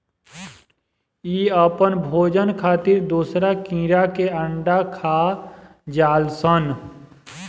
इ आपन भोजन खातिर दोसरा कीड़ा के अंडा खा जालऽ सन